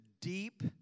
deep